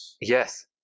Yes